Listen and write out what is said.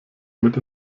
mit